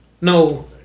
No